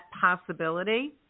possibility